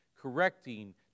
correcting